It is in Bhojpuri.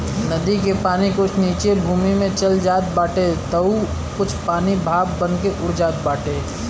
नदी के पानी कुछ नीचे भूमि में चल जात बाटे तअ कुछ पानी भाप बनके उड़ जात बाटे